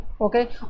Okay